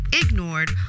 ignored